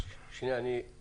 תודה רבה.